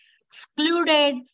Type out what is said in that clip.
excluded